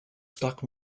stock